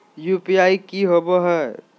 UPI की होबो है?